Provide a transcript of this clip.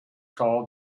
called